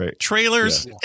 Trailers